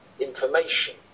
information